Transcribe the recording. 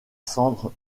cendres